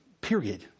period